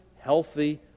healthy